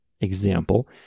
example